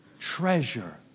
treasure